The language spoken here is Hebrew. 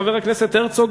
חבר הכנסת הרצוג,